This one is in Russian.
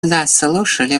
заслушали